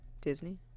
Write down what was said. Disney